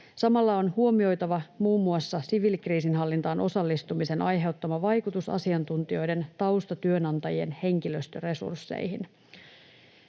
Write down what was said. Samalla on huomioitava muun muassa siviilikriisinhallintaan osallistumisen aiheuttama vaikutus asiantuntijoiden taustatyönantajien henkilöstöresursseihin.